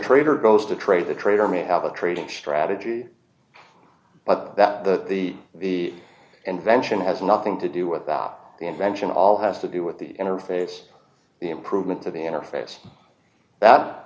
trader goes to trade the trader may have a trading strategy but that the the invention has nothing to do with that the invention all has to do with the interface the improvements of the interface that